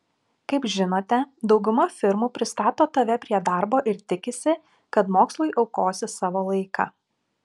kaip žinote dauguma firmų pristato tave prie darbo ir tikisi kad mokslui aukosi savo laiką